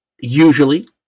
usually